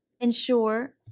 ensure